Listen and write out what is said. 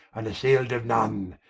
and assayl'd of none,